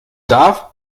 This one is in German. darf